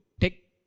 take